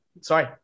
sorry